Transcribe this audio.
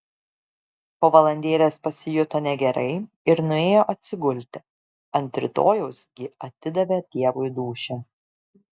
po valandėlės pasijuto negerai ir nuėjo atsigulti ant rytojaus gi atidavė dievui dūšią